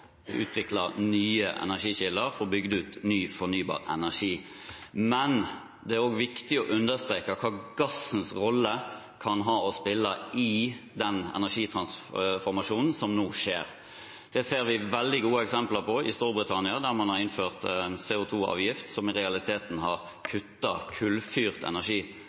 utvikle nye energikilder for å få bygd ut ny fornybar energi. Men det er også viktig å understreke hvilken rolle gassen kan ha å spille i den energitransformasjonen som nå skjer. Det ser vi veldig gode eksempler på i Storbritannia, der man har innført en CO2-avgift som i realiteten har kuttet kullfyrt